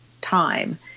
time